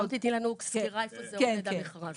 אולי תתני לנו סקירה איפה זה עומד, המכרז.